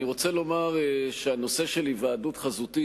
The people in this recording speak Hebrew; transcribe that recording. אני רוצה לומר שהנושא של היוועדות חזותית,